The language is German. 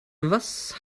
was